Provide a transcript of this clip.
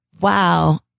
Wow